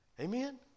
Amen